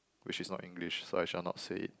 which is not English so I shall not say it